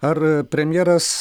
ar premjeras